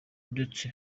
ndetse